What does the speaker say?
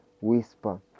whisper